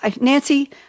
Nancy